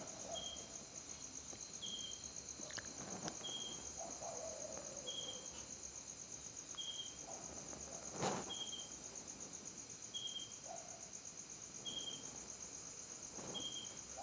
रोगट जीवांत कवक, ओओमाइसीट्स, बॅक्टेरिया, वायरस, वीरोइड, परजीवी रोपा शामिल हत